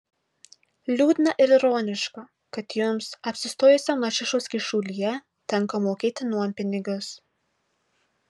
liūdna ir ironiška kad jums apsistojusiam lašišos kyšulyje tenka mokėti nuompinigius